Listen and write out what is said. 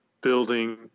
building